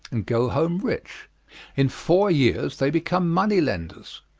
and go home rich in four years they become moneylenders,